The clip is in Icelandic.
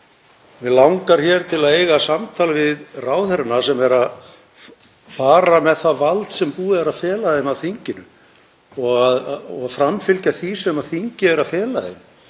Mig langar til að eiga samtal við ráðherrana sem fara með það vald sem búið er að fela þeim af þinginu og eiga að framfylgja því sem þingið hefur falið þeim,